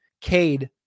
Cade